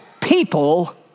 people